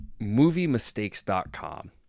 Moviemistakes.com